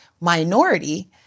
minority